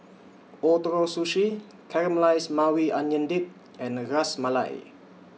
Ootoro Sushi Caramelized Maui Onion Dip and Ras Malai